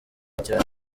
cyane